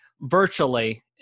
virtually